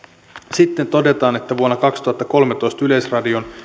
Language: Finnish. sitten todetaan että vuonna kaksituhattakolmetoista yleisradio